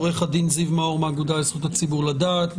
עורך הדין זיו מאור מהאגודה לזכות הציבור לדעת.